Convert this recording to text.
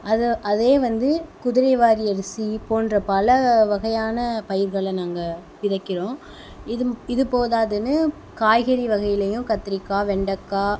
அது அதே வந்து குதிரைவாலி அரிசி போன்ற பல வகையான பயிர்களை நாங்கள் விதைக்கிறோம் இதுவும் இது போதாதுன்னு காய்கறி வகையிலேயும் கத்திரிக்காய் வெண்டக்காய்